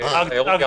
ותיירות ים המלח.